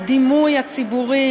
הדימוי הציבורי,